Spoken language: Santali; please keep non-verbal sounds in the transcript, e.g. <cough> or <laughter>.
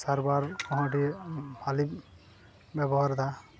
ᱥᱟᱨᱵᱟᱨ ᱠᱚᱦᱚᱸ ᱟᱹᱰᱤ <unintelligible> ᱵᱮᱵᱚᱦᱟᱨᱫᱟ